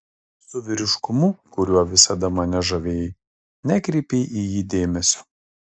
su vyriškumu kuriuo visada mane žavėjai nekreipei į jį dėmesio